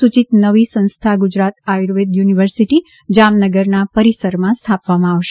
સૂચિત નવી સંસ્થા ગુજરાત આયુર્વેદ યુનિવર્સિટી જામનગરના પરિસરમાં સ્થાપવામાં આવશે